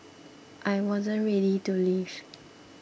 I wasn't ready to leave